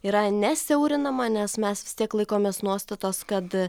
yra ne siaurinama nes mes vis tiek laikomės nuostatos kad